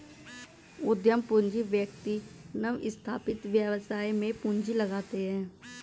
उद्यम पूंजी व्यक्ति नवस्थापित व्यवसाय में पूंजी लगाते हैं